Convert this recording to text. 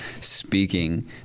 speaking